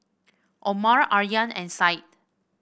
Omar Aryan and Said